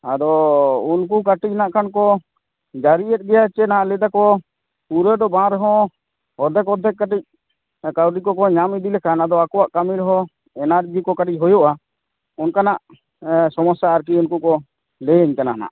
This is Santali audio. ᱟᱫᱚ ᱩᱱᱠᱩ ᱠᱟᱹᱴᱤᱡ ᱱᱟᱜ ᱠᱷᱟᱱ ᱠᱚ ᱡᱟᱹᱨᱤᱭᱮᱫ ᱜᱟᱭᱟ ᱪᱮᱫ ᱱᱟᱜ ᱞᱟᱹᱭ ᱮᱫᱟᱠᱚ ᱯᱩᱨᱟᱹ ᱫᱚ ᱵᱟᱝ ᱨᱮᱦᱚᱸ ᱚᱫᱽᱫᱷᱮᱠ ᱚᱫᱽᱫᱷᱮᱠ ᱠᱟᱹᱴᱤᱡ ᱠᱟᱹᱣᱰᱤ ᱠᱚᱠᱚ ᱧᱟᱢ ᱤᱫᱤ ᱞᱮᱠᱷᱟᱱ ᱟᱫᱚ ᱟᱠᱚᱣᱟᱜ ᱠᱟᱹᱢᱤ ᱨᱮᱦᱚᱸ ᱮᱱᱟᱨᱡᱤ ᱠᱚ ᱠᱟᱹᱴᱤᱡ ᱦᱳᱭᱳᱜᱼᱟ ᱚᱱᱠᱟᱱᱟᱜ ᱥᱚᱢᱚᱥᱥᱟ ᱟᱨᱠᱤ ᱩᱱᱠᱩ ᱠᱚ ᱞᱟᱹᱭᱟᱹᱧ ᱠᱟᱱᱟ ᱱᱟᱜ